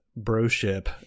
broship